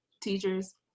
teachers